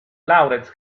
laurens